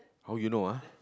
how you know ah